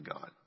God